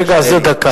מרגע זה, דקה.